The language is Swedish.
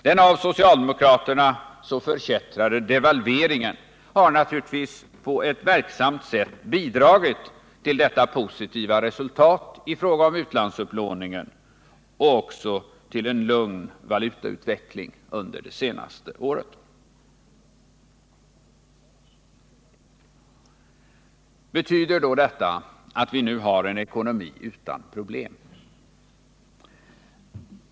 Den av socialdemokraterna så förkättrade devalveringen har naturligtvis på ett verksamt sätt bidragit till detta positiva resultat i fråga om utlandsupplåningen liksom till en lugn valutautveckling under det senaste året. Betyder då detta att vi nu har en ekonomi utan problem?